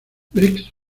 briggs